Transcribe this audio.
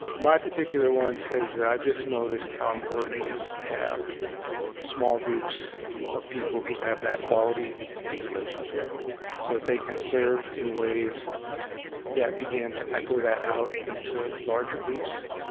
my particular one says that i've just noticed how important it is to have small groups of people who have that quality of relationship so that they can serve in ways that begin to echo that out into larger groups.